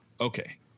okay